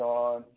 on